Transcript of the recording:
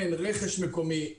אין רכש מקומי,